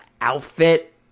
outfit